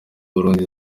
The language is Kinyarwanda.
burundi